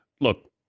Look